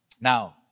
Now